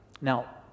Now